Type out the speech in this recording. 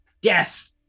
Death